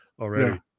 already